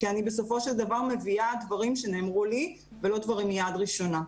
כי אני בסופו של דבר מביאה דברים שנאמרו לי ולא דברים מיד ראשונה.